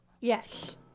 Yes